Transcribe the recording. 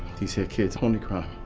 these here kids only crime.